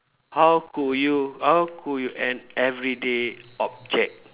how could you how could you an everyday object